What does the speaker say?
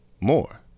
more